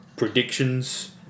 Predictions